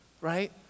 right